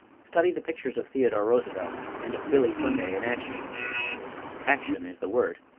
study the pictures of theodore roosevelt and of billy sunday in action action is the word.